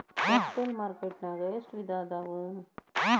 Capital market ನ್ಯಾಗ್ ಎಷ್ಟ್ ವಿಧಾಅವ?